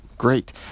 great